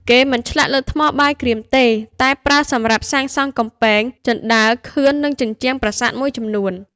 គេមិនឆ្លាក់លើថ្មបាយក្រៀមទេ តែប្រើសម្រាប់សាងសង់កំពែង ជណ្តើរ ខឿន និងជញ្ជាំងប្រាសាទមួយចំនួន។